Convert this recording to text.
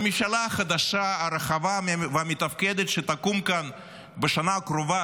בממשלה החדשה הרחבה והמתפקדת שתקום כאן בשנה הקרובה,